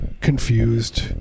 confused